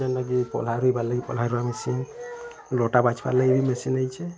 ଯେନ୍ତା କି ଲଟା ବାଛିବାର ଲାଗି ମେସିନ୍ ଦେଇଛେ